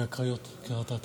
מהקריות, מקריית אתא.